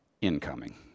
incoming